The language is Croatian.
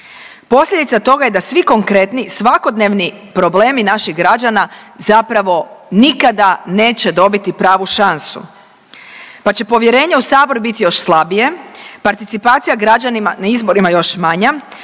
Posljedica toga je da svi konkretni svakodnevni problemi naših građana zapravo nikada neće dobiti pravu šansu, pa će povjerenje u sabor biti još slabije, participacija građanima na izborima još manja,